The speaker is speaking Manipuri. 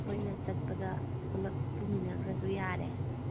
ꯑꯩꯈꯣꯏꯅ ꯆꯠꯄꯗ ꯄꯨꯂꯞ ꯄꯨꯃꯤꯟꯅꯈ꯭ꯔꯁꯨ ꯌꯥꯔꯦ